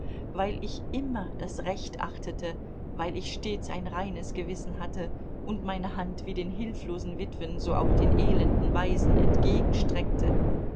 weil ich immer das recht achtete weil ich stets ein reines gewissen hatte und meine hand wie den hilflosen witwen so auch den elenden waisen entgegenstreckte